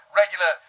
regular